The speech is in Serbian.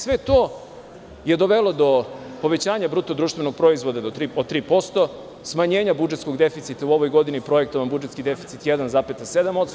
Sve to je dovelo do povećanja BDP od 3%, smanjenja budžetskog deficita u ovoj godini, projektovan budžetski deficit 1,7%